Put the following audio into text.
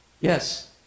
Yes